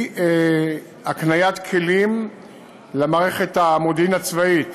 מאי-הקניית כלים למערכת המודיעין הצבאית